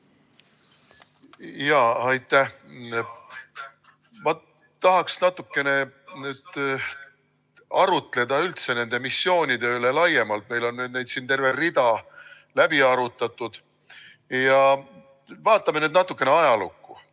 Aitäh! Ma tahaks natukene arutleda nende missioonide üle laiemalt. Meil on neid siin terve rida läbi arutatud. Vaatame nüüd natuke ajalukku.